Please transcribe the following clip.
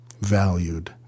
valued